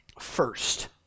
first